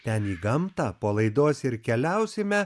ten į gamtą po laidos ir keliausime